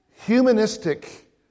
Humanistic